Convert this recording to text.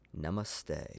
Namaste